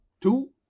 two